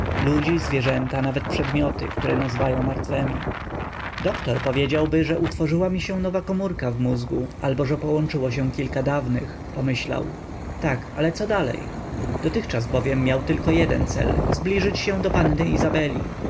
ludzi zwierzęta nawet przedmioty które nazywają martwemi doktor powiedziałby że utworzyła mi się nowa komórka w mózgu albo że połączyło się kilka dawnych pomyślał tak ale co dalej dotychczas bowiem miał tylko jeden cel zbliżyć się do panny izabeli